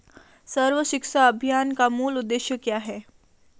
सर्व शिक्षा अभियान का मूल उद्देश्य क्या है?